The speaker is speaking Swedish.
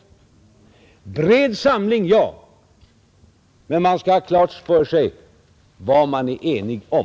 Bred samling — ja! Men man skall ha klart för sig vad man är enig om,